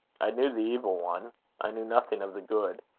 i knew the evil one i knew nothing of the good.